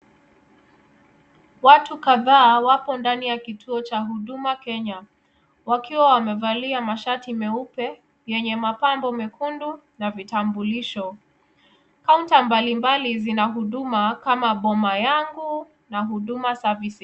Watu kadhaa wapo ndani ya kituo cha huduma Kenya wakiwa wamevalia mashati meupe yenye mapambo mekundu na vitambulisho. Kaunta mbalimbali zina huduma kama boma yangu na huduma Services.